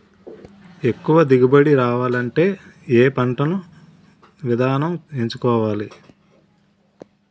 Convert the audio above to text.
ఎక్కువ దిగుబడి రావాలంటే ఏ పంట విధానం ఎంచుకోవాలి?